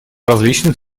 различных